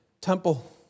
temple